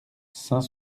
saint